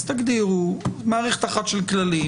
אז תגדירו מערכת אחת של כללים